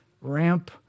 ramp